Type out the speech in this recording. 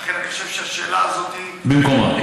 לכן אני חושב שהשאלה הזו היא במקומה.